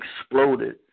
exploded